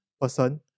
person